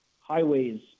highways